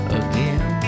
again